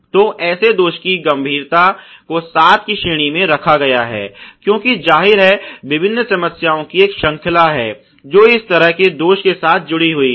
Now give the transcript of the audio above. तो ऐसे दोष की गंभीरता को सात की श्रेणी में रखा गया है क्योंकि जाहिर है कि विभिन्न समस्याओं की एक श्रृंखला है जो इस तरह के दोष के साथ जुड़ी हुई है